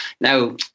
Now